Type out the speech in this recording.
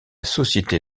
société